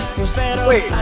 Wait